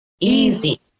Easy